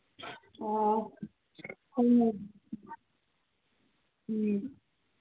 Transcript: ꯑꯣ ꯎꯝ ꯎꯝ